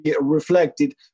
reflected